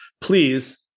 Please